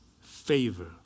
favor